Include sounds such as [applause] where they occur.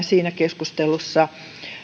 [unintelligible] siinä keskustelussa